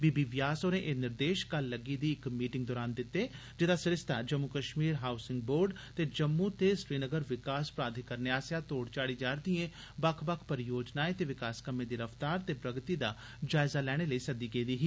बी B Vyas होरें एह् निर्देशकल लग्गी दी इक मीटिंग दरान दितते जेह्दा सरिस्ता जम्मू कश्मीर हाउसिंग बोर्ड ते जम्मू ते श्रीनगर विकास प्राद्यिकरणें आस्सेआ तोड़ चाढ़ी जा'रदिएं बक्ख बक्ख परियोजनाएं ते विकास कम्में दी रफ्तार ते प्रगति दा जायजा लैने लेई सद्दी गेदी ही